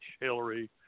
Hillary